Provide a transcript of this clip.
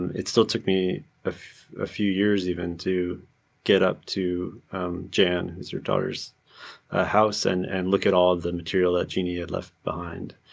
and it still took me a ah few years even to get up to jan, who's her daughter's ah house, and and look at all of the material that genie had left behind,